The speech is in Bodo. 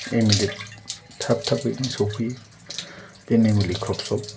इडमिटेड थाब थाबैनो सफैयो बे मेम'रियेल क्र'फ्ट्सआव